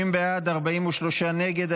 30 בעד, 43 נגד.